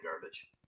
garbage